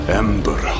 ember